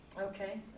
Okay